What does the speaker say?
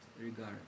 regard